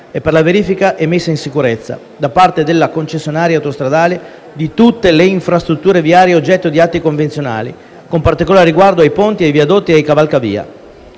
e per la verifica e messa in sicurezza, da parte delle concessionarie autostradali, di tutte le infrastrutture viarie oggetto di atti convenzionali, con particolare riguardo a ponti, viadotti e cavalcavia.